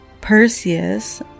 Perseus